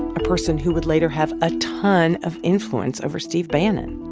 a person who would later have a ton of influence over steve bannon.